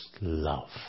love